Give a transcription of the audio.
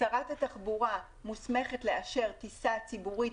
שרת התחבורה מוסמכת לאשר טיסה ציבורית